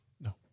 No